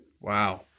Wow